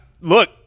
look